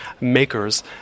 makers